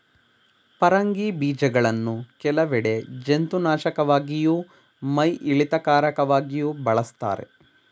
ಪರಂಗಿ ಬೀಜಗಳನ್ನು ಕೆಲವೆಡೆ ಜಂತುನಾಶಕವಾಗಿಯೂ ಮೈಯಿಳಿತಕಾರಕವಾಗಿಯೂ ಬಳಸ್ತಾರೆ